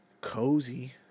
cozy